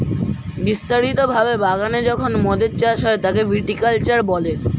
বিস্তারিত ভাবে বাগানে যখন মদের চাষ হয় তাকে ভিটি কালচার বলে